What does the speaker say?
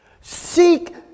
Seek